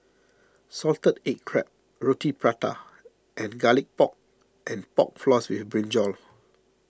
Salted Egg Crab Roti Prata and Garlic Pork and Pork Floss with Brinjal